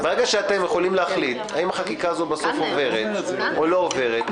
יכולים להחליט אם החקיקה הזאת עוברת או לא עוברת,